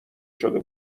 شده